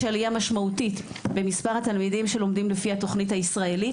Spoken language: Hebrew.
באמת ישנה עלייה משמעותית במספר התלמידים שלומדים לפי התוכנית הישראלית.